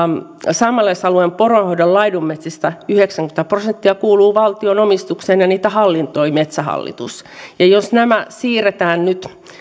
saamelaisalueen poronhoidon laidunmetsistä yhdeksänkymmentä prosenttia kuuluu valtion omistukseen ja niitä hallinnoi metsähallitus ja jos nämä siirretään nyt